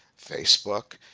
facebook,